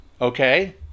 Okay